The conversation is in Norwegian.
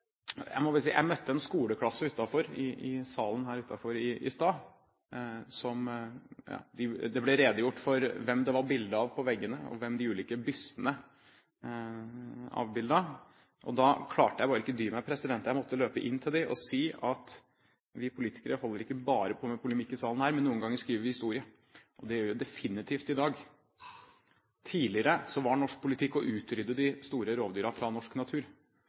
i stad. Det ble redegjort for hvem det var bilder av på veggene, og hvem de ulike bystene var av, og da klarte jeg ikke å dy meg. Jeg måtte løpe bort til dem og si at vi politikere holder ikke bare på med polemikk i salen her, men noen ganger skriver vi historie. Og det gjør vi definitivt i dag. Tidligere handlet norsk politikk om å utrydde de store rovdyrene fra norsk natur, og slik Stortinget ofte gjør, lyktes vi med målsettingene. Vi klarte å utrydde rovdyrene. Det førte til at vi i 1930 hadde verken bjørn eller ulv i norsk natur.